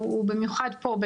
במיוחד פה,